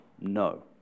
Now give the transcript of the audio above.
No